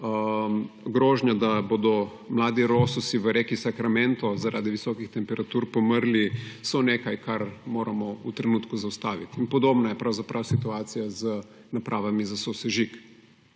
grožnje, da bodo mladi lososi v reki Sacramento zaradi visokih temperatur pomrli, so nekaj, kar moramo v trenutku zaustaviti. In podobna situacija je pravzaprav z napravami za sosežig;